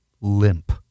Limp